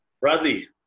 Bradley